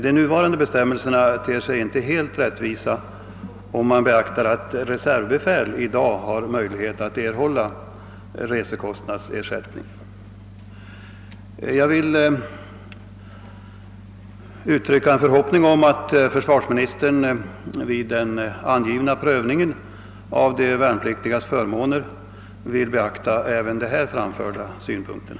De nuvarande bestämmelserna ter sig inte helt rättvisa, om man beaktar att reservbefäl i dag har möjlighet att erhålla resekostpå hanfågel. Vi har också viltvårdssyn Jag vill uttrycka en förhoppning om att försvarsministern vid den angivna prövningen av de värnpliktigas förmåner vill beakta även de nu framförda synpunkterna.